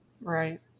Right